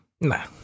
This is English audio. nah